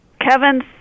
Kevin's